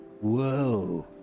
Whoa